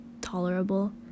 tolerable